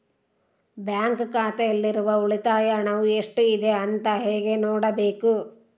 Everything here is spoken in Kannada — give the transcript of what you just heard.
ಬ್ಯಾಂಕ್ ಖಾತೆಯಲ್ಲಿರುವ ಉಳಿತಾಯ ಹಣವು ಎಷ್ಟುಇದೆ ಅಂತ ಹೇಗೆ ನೋಡಬೇಕು?